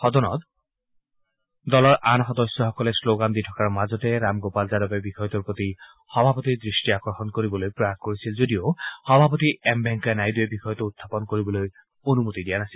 সদনত দলৰ আন সদস্যসকলে শ্লগন দি থকাৰ মাজতে ৰামগোপাল যাদৱে বিষয়টোৰ প্ৰতি সভাপতিৰ দৃষ্টি আকৰ্ষণ কৰিবলৈ প্ৰয়াস কৰিছিল যদিও সভাপতি এম ভেংকায়া নাইডুৱে বিষয়টো উখাপন কৰিবলৈ অনুমতি দিয়া নাছিল